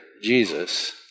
Jesus